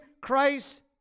Christ